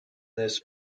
this